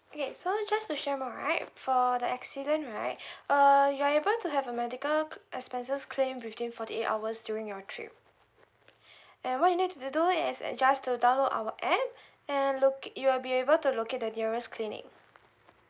okay so just to share more right for the accident right uh you're able to have a medical expenses claim within forty eight hours during your trip and what you need to do is is just to download our app and locate you will be able to locate the nearest clinic